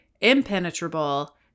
impenetrable